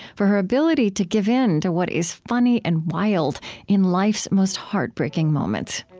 for her ability to give in to what is funny and wild in life's most heartbreaking moments.